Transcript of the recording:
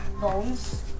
bones